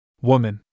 Woman